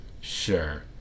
sure